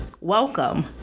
welcome